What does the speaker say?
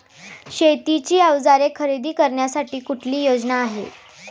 शेतीची अवजारे खरेदी करण्यासाठी कुठली योजना आहे?